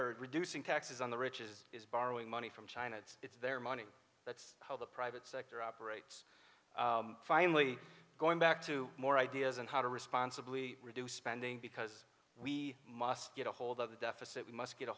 rate reducing taxes on the rich is is borrowing money from china it's their money that's how the private sector operates finally going back to more ideas and how to responsibly reduce spending because we must get ahold of the deficit we must get a